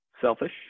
Selfish